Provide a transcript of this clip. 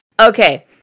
Okay